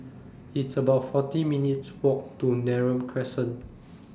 It's about forty minutes' Walk to Neram Crescent